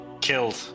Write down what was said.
killed